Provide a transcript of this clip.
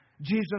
Jesus